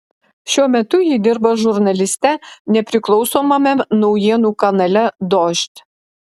šiuo metu ji dirba žurnaliste nepriklausomame naujienų kanale dožd